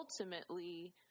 ultimately